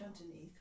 underneath